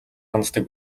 ханддаг